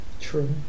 True